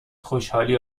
خوشحالی